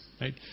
right